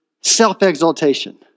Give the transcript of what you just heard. self-exaltation